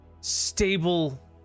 stable